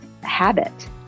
habit